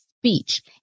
speech